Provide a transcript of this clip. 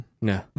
no